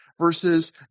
versus